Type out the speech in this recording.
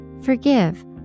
Forgive